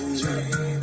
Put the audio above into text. dream